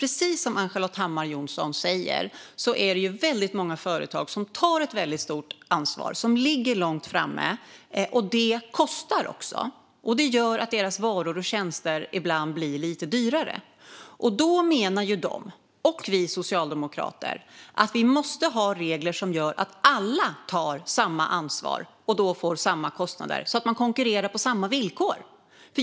Precis som Ann-Charlotte Hammar Johnsson säger är det väldigt många företag som tar ett väldigt stort ansvar och som ligger långt framme. Det kostar, och det gör att deras varor och tjänster ibland blir lite dyrare. Då menar de och vi socialdemokrater att vi måste ha regler som gör att alla tar samma ansvar och får samma kostnader så att man konkurrerar på samma villkor.